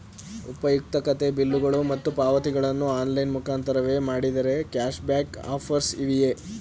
ಉಪಯುಕ್ತತೆ ಬಿಲ್ಲುಗಳು ಮತ್ತು ಪಾವತಿಗಳನ್ನು ಆನ್ಲೈನ್ ಮುಖಾಂತರವೇ ಮಾಡಿದರೆ ಕ್ಯಾಶ್ ಬ್ಯಾಕ್ ಆಫರ್ಸ್ ಇವೆಯೇ?